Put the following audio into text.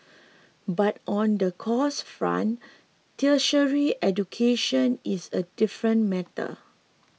but on the cost front tertiary education is a different matter